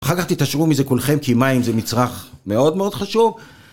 אחר כך תתעשרו מזה כולכם כי מים זה מצרך מאוד מאוד חשוב.